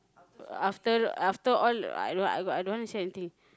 after after all I don't I don't I don't want to see anything